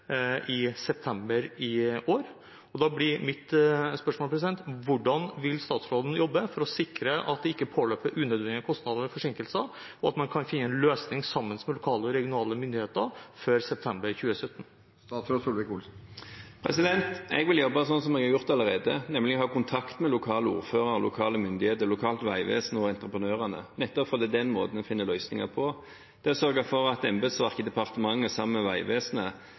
i september i år. Da blir mitt spørsmål: Hvordan vil statsråden jobbe for å sikre at det ikke påløper unødvendige kostnader eller forsinkelser, og at man kan finne en løsning sammen med lokale og regionale myndigheter før september 2017? Jeg vil jobbe sånn som jeg har gjort allerede, nemlig ha kontakt med lokale ordførere, lokale myndigheter, lokalt vegvesen og entreprenørene, nettopp fordi det er den måten en finner løsninger på. Å sørge for at embetsverket i departementet sammen med Vegvesenet